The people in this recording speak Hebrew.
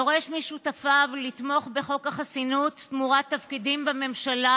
דורש משותפיו לתמוך בחוק החסינות תמורת תפקידים בממשלה.